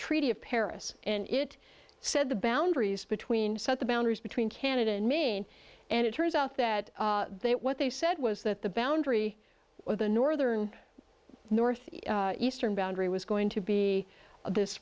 treaty of paris and it said the boundaries between set the boundaries between canada and maine and it turns out that they what they said was that the boundary of the northern north eastern boundary was going to be of this